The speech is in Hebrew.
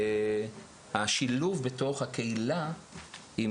לשילוב בתוך הקהילה עם